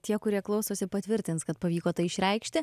tie kurie klausosi patvirtins kad pavyko tai išreikšti